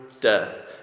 death